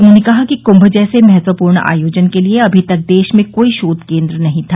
उन्होंने कहा कि कूम जैसे महत्वपूर्ण आयोजन के लिये अमी तक देश में कोई शोध केन्द्र नहीं था